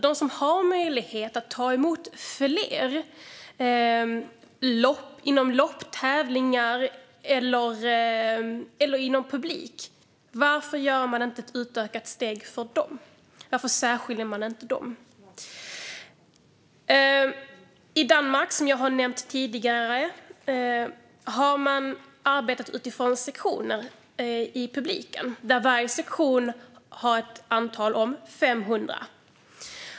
De som har möjlighet att ta emot fler, till exempel när det gäller lopptävlingar eller publik på lagidrotter - varför gör man inte ett utökat steg för dem? Varför särskiljer man inte dem? I Danmark har man, som jag har nämnt tidigare, arbetat utifrån sektioner i publiken. Varje sektion har ett antal om 500.